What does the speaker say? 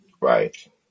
Right